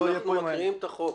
לא, אנחנו מקריאים את הצעת החוק.